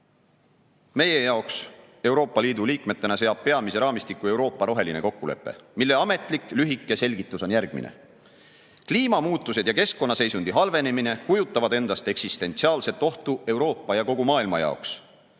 Meie jaoks Euroopa Liidu liikmena seab peamise raamistiku Euroopa roheline kokkulepe, mille ametlik lühike selgitus on järgmine. Kliimamuutused ja keskkonnaseisundi halvenemine kujutavad endast eksistentsiaalset ohtu Euroopa ja kogu maailma jaoks.